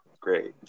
great